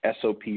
SOP